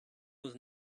was